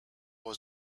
was